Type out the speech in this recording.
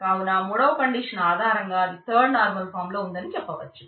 కావున మూడవ కండీషన్ ఆధారంగా అది థర్డ్ నార్మల్ ఫాంలో ఉందని చెప్పవచ్చు